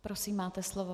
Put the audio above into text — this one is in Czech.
Prosím, máte slovo.